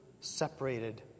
separated